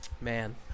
Man